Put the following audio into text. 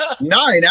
nine